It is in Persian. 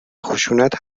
خشونت